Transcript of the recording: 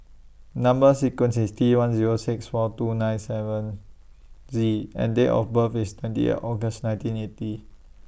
Number sequence IS T one Zero six four two seven nine Z and Date of birth IS twenty eight August nineteen eighty